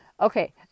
Okay